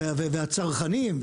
והצרכנים,